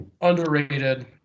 underrated